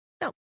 No